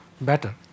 better